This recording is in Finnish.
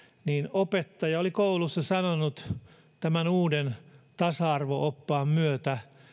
opettaja oli koulussa sanonut uuden tasa arvo oppaan myötä